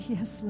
Yes